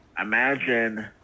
imagine